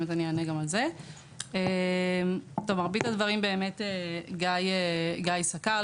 את מרבית הדברים גיא סקר.